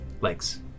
legs